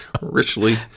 richly